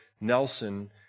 Nelson